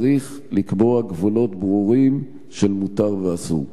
צריך לקבוע גבולות ברורים של מותר ואסור.